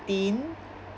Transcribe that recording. tin